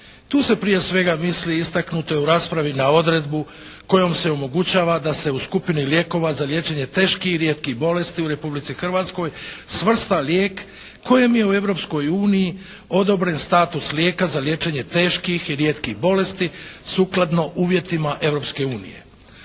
Tu se prije svega misli istaknuto je u raspravi na odredbu kojom se omogućava da se u skupini lijekova za liječenje teških i rijetkih bolesti u Republici Hrvatskoj svrsta lijek kojem u Europskoj uniji odobren status lijeka za liječenje teških i rijetkih bolesti sukladno uvjetima